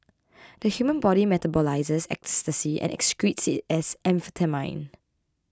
the human body metabolises ecstasy and excretes it as amphetamine